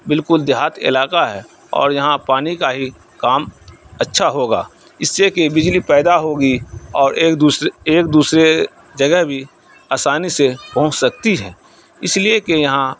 بالکل دیہات علاقہ ہے اور یہاں پانی کا ہی کام اچھا ہوگا اس سے کہ بجلی پیدا ہوگی اور ایک دوسرے ایک دوسرے جگہ بھی آسانی سے پہنچ سکتی ہے اس لیے کہ یہاں